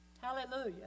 Hallelujah